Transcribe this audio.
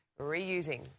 reusing